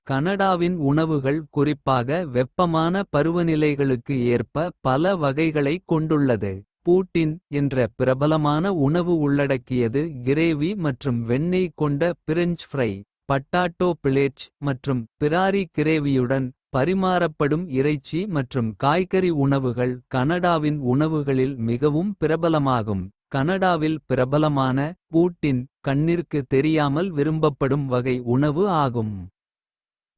கனடாவின் உணவுகள் குறிப்பாக வெப்பமான பருவநிலைகளுக்கு. ஏற்ப பல வகைகளைக் கொண்டுள்ளது பூட்டின். என்ற பிரபலமான உணவு உள்ளடக்கியது கிரேவி மற்றும். வெண்ணெய் கொண்ட பிரெஞ்ச் ஃப்ரை பட்டாட்டோ பிளேட்ஸ். மற்றும் பிராரி கிரேவியுடன் பரிமாறப்படும் இறைச்சி. மற்றும் காய்கறி உணவுகள் கனடாவின் உணவுகளில். மிகவும் பிரபலமாகும் கனடாவில் பிரபலமான பூட்டின். கண்ணிற்கு தெரியாமல் விரும்பப்படும் வகை உணவு ஆகும்.